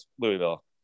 Louisville